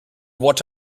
what